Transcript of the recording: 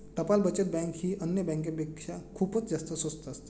टपाल बचत बँक ही अन्य बँकांपेक्षा खूपच जास्त स्वस्त असते